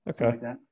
Okay